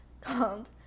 called